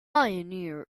pioneer